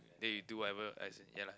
then you do whatever as in ya lah